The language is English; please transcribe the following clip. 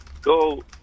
go